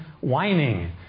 whining